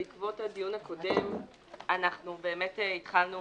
בעקבות הדיון הקודם אנחנו באמת התחלנו